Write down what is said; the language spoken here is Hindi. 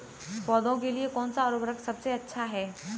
पौधों के लिए कौन सा उर्वरक सबसे अच्छा है?